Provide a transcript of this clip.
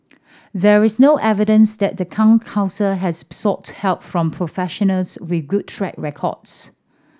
there is no evidence that the Town Council has sought help from professionals with good track records